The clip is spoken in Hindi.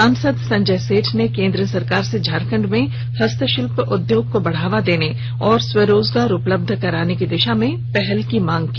सांसद संजय सेठ ने केंद्र सरकार से झारखंड में हस्तशिल्प उद्योग को बढ़ावा देने और स्वरोजगार उपलब्ध कराने की दिशा में पहल की मांग की